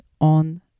on